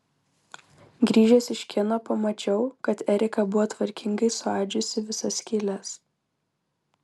grįžęs iš kino pamačiau kad erika buvo tvarkingai suadžiusi visas skyles